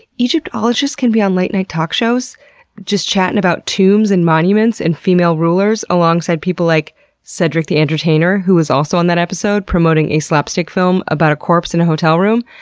egyptologists can be on late night talk shows just chattin' about tombs, and monuments, and female rulers alongside people like cedric the entertainer who was also on that episode promoting his slapstick film about a corpse in a hotel room?